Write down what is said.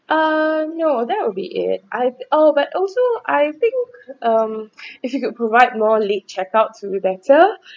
ah no that would be it I oh but also I think um if you could provide more late check out will be better